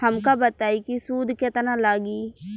हमका बताई कि सूद केतना लागी?